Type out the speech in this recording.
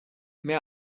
mehr